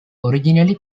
originally